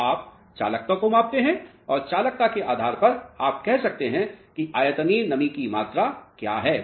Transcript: तो आप चालकता को मापते हैं और चालकता के आधार पर आप कह सकते हैं कि आयतनीय नमी की मात्रा क्या है